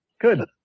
good